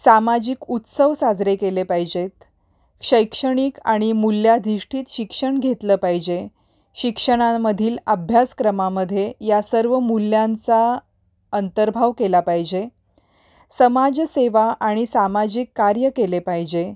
सामाजिक उत्सव साजरे केले पाहिजेत शैक्षणिक आणि मूल्याधिष्ठित शिक्षण घेतलं पाहिजे शिक्षणामधील अभ्यासक्रमामध्ये या सर्व मूल्यांचा अंतर्भाव केला पाहिजे समाजसेवा आणि सामाजिक कार्य केले पाहिजे